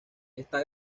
está